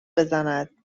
بزنند